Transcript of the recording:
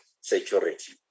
security